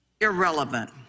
irrelevant